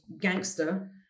gangster